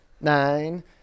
nine